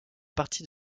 partie